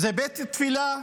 זה בית תפילה,